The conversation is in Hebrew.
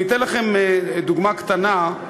אני אתן לכם דוגמה קטנה,